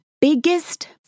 biggest